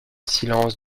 silence